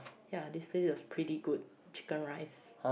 ya this place has pretty good chicken rice